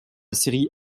série